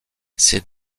ces